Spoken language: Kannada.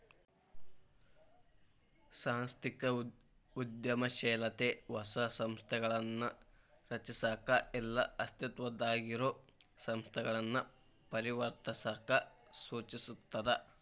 ಸಾಂಸ್ಥಿಕ ಉದ್ಯಮಶೇಲತೆ ಹೊಸ ಸಂಸ್ಥೆಗಳನ್ನ ರಚಿಸಕ ಇಲ್ಲಾ ಅಸ್ತಿತ್ವದಾಗಿರೊ ಸಂಸ್ಥೆಗಳನ್ನ ಪರಿವರ್ತಿಸಕ ಸೂಚಿಸ್ತದ